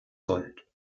gold